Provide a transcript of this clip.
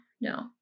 no